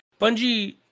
Bungie